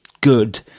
good